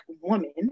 woman